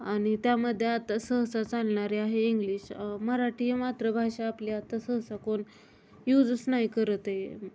आणि त्यामध्ये आता सहसा चालणारी आहे इंग्लिश मराठी ही मातृभाषा आपली आत्ता सहसा कोण यूजच नाही करत आहे